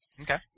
Okay